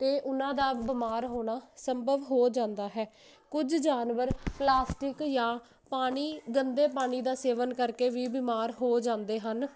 ਤੇ ਉਹਨਾਂ ਦਾ ਬਿਮਾਰ ਹੋਣਾ ਸੰਭਵ ਹੋ ਜਾਂਦਾ ਹੈ ਕੁਝ ਜਾਨਵਰ ਪਲਾਸਟਿਕ ਜਾਂ ਪਾਣੀ ਗੰਦੇ ਪਾਣੀ ਦਾ ਸੇਵਨ ਕਰਕੇ ਵੀ ਬਿਮਾਰ ਹੋ ਜਾਂਦੇ ਹਨ